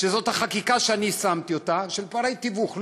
שזאת החקיקה שאני הצעתי על פערי תיווך.